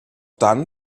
dann